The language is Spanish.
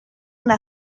una